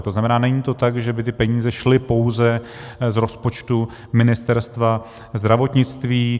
To znamená, není to tak, že by ty peníze šly pouze z rozpočtu Ministerstva zdravotnictví.